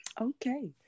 Okay